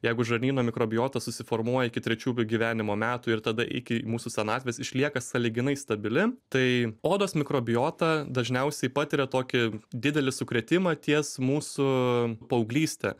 jeigu žarnyno mikrobiota susiformuoja iki trečių gyvenimo metų ir tada iki mūsų senatvės išlieka sąlyginai stabili tai odos mikrobiota dažniausiai patiria tokį didelį sukrėtimą ties mūsų paauglyste